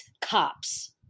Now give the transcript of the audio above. cops